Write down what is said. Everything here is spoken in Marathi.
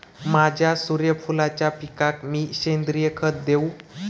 माझ्या सूर्यफुलाच्या पिकाक मी सेंद्रिय खत देवू?